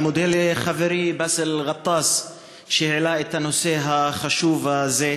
אני מודה לחברי באסל גטאס שהעלה את הנושא החשוב הזה.